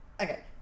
Okay